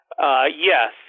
Yes